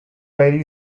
berry